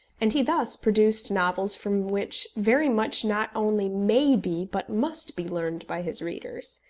and he thus produced novels from which very much not only may be but must be learned by his readers.